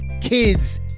kids